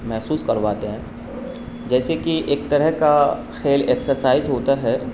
محسوس کرواتے ہیں جیسے کہ ایک طرح کا کھیل ایکسرسائز ہوتا ہے